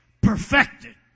perfected